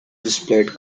displayed